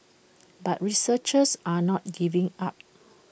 but researchers are not giving up